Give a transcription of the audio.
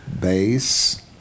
bass